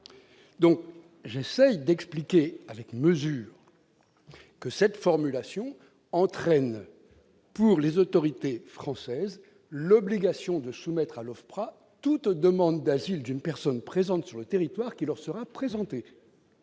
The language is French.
J'essaye d'expliquer, avec mesure, que cette formulation entraîne, pour les autorités françaises, l'obligation de soumettre à l'OFPRA toute demande d'asile d'une personne présente sur le territoire qui leur sera présentée.